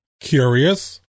Curious